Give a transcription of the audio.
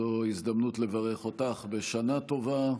זו הזדמנות לברך אותך בשנה טובה,